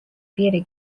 piiri